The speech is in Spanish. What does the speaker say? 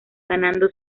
ganando